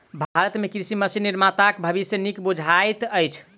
भारत मे कृषि मशीन निर्माताक भविष्य नीक बुझाइत अछि